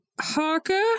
Harker